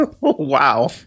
wow